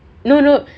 no no